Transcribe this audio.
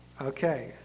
Okay